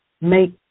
make